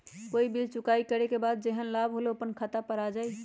कोई बिल चुकाई करे के बाद जेहन लाभ होल उ अपने खाता पर आ जाई?